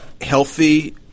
healthy